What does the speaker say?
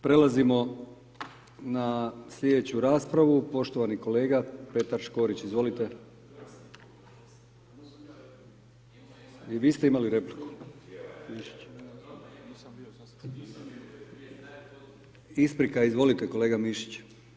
Prelazimo na slijedeću raspravu, poštovani kolega Petar Škorić, izvolite, i vi ste imali repliku, isprika, izvolite kolega Mišiću.